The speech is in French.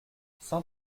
cent